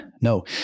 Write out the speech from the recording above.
no